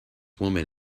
woman